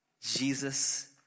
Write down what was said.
Jesus